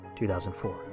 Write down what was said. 2004